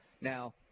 Now